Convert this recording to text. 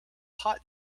hot